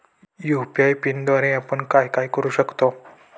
UPI पिनद्वारे आपण काय काय करु शकतो?